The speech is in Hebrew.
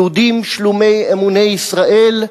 יהודים אמוני ישראל,